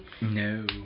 No